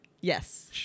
Yes